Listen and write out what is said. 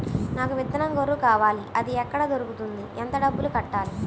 నాకు విత్తనం గొర్రు కావాలి? అది ఎక్కడ దొరుకుతుంది? ఎంత డబ్బులు కట్టాలి?